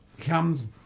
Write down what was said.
comes